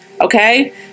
okay